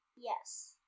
Yes